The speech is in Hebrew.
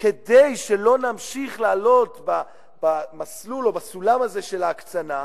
כדי שלא נמשיך לעלות בסולם הזה של ההקצנה?